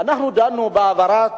על העברת